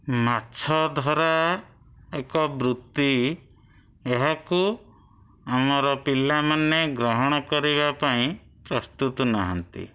ମାଛଧରା ଏକ ବୃତ୍ତି ଏହାକୁ ଆମର ପିଲାମାନେ ଗ୍ରହଣ କରିବା ପାଇଁ ପ୍ରସ୍ତୁତ ନାହାନ୍ତି